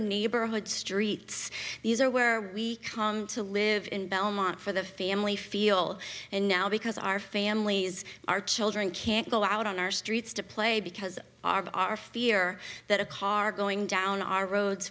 neighborhood streets these are where we come to live in belmont for the family feel and now because our families our children can't go out on our streets to play because our fear that a car going down our roads